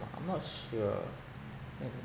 I'm not sure maybe